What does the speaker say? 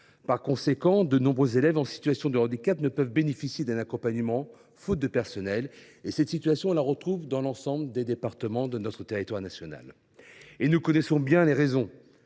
Par conséquent, de nombreux élèves en situation de handicap ne peuvent bénéficier d’un accompagnement, faute de personnel, et cette situation est commune à l’ensemble des départements de notre territoire national. Nous connaissons bien les causes